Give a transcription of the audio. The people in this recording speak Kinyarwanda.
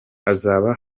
hazaba